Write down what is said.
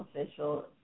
official